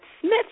Smith